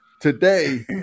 today